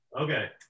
Okay